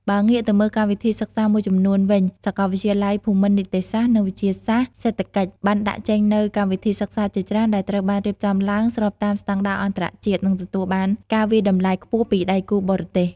បើងាកទៅមើកម្មវិធីសិក្សាមួយចំំនួនវិញសាកលវិទ្យាល័យភូមិន្ទនីតិសាស្ត្រ និងវិទ្យាសាស្ត្រសេដ្ឋកិច្ច បានដាក់ចេញនូវកម្មវិធីសិក្សាជាច្រើនដែលត្រូវបានរៀបចំឡើងស្របតាមស្តង់ដារអន្តរជាតិ និងទទួលបានការវាយតម្លៃខ្ពស់ពីដៃគូបរទេស។